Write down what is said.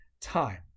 time